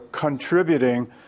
contributing